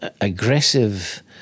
Aggressive